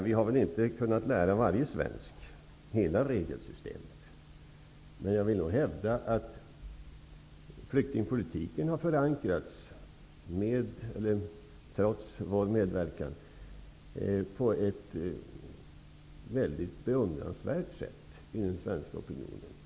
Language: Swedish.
Vi har väl inte kunnat lära varje svensk hela regelsystemet, men jag vill nog hävda att flyktingpolitiken har förankrats, med eller trots vår medverkan, på ett beundransvärt sätt i den svenska opinionen.